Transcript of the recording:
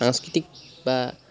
সাংস্কৃতিক বা